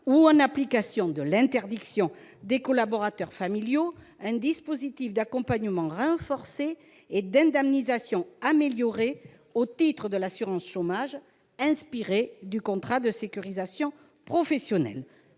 ou en application de l'interdiction des collaborateurs familiaux, un dispositif d'accompagnement renforcé et d'indemnisation améliorée au titre de l'assurance chômage inspiré du contrat de sécurisation professionnelle